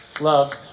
love